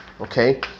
Okay